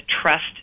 trust